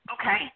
Okay